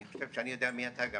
אני חושב שאני יודע מי אתה,